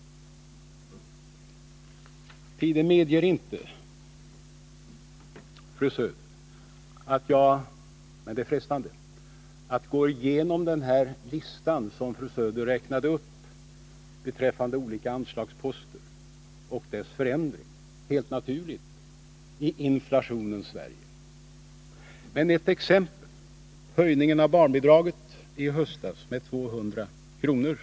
Tiden medger inte att jag, trots att det är frestande, går igenom den lista som fru Söder räknade upp beträffande olika anslagsposter och deras förändringar — helt naturliga förändringar i inflationens Sverige. Men ett exempel vill jag ge. Den höjning av barnbidraget med 200 kr.